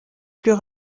plus